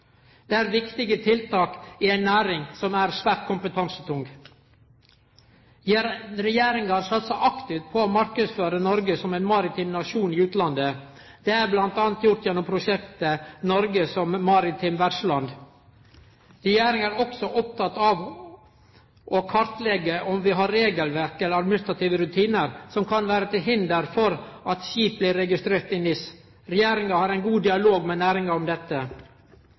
Dette er viktige tiltak i ei næring som er svært kompetansetung. Regjeringa har satsa aktivt på å marknadsføre Noreg som ein maritim nasjon i utlandet. Det er bl.a. gjort gjennom prosjektet «Norge som maritimt vertsland». Regjeringa er også oppteken av å kartleggje om vi har regelverk eller administrative rutinar som kan vere til hinder for at skip blir registrerte i NIS. Regjeringa har ein god dialog med næringa om dette.